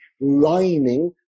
lining